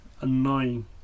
Annoying